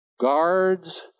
guards